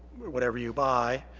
whatever you buy.